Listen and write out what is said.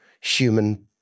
human